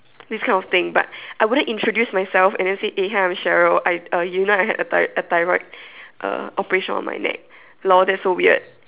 this kind of thing but I wouldn't introduce myself and then say eh hi I am Cheryl uh you know I had a thy~ a thyroid operation uh on my neck lol that's so weird